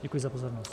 Děkuji za pozornost.